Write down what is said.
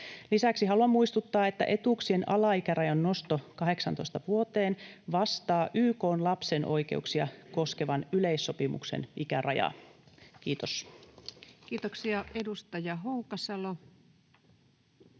Lisäksi haluan muistuttaa, että etuuksien alaikärajan nosto 18 vuoteen vastaa YK:n lapsen oikeuksia koskevan yleissopimuksen ikärajaa. — Kiitos. [Speech 112]